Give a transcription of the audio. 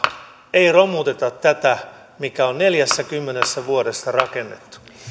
ei romuteta tätä mikä on neljässäkymmenessä vuodessa rakennettu